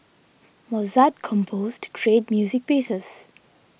Mozart composed treat music pieces